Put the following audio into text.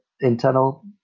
internal